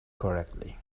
correctly